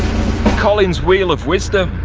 colin's wheel of wisdom.